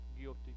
guilty